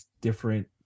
different